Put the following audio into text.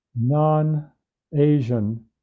non-Asian